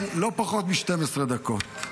לא פחות מ-12 דקות.